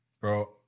Bro